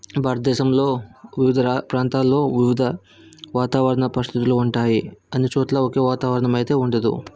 భారతదేశంలో వివిధ రా ప్రాంతాలలో వివిధ వాతావరణ పరిస్థితులు ఉంటాయి అన్ని చోట్లా ఒకే వాతావరణం అయితే ఉండదు